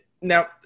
now